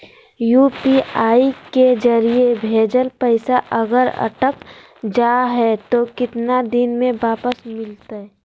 UPI के जरिए भजेल पैसा अगर अटक जा है तो कितना दिन में वापस मिलते?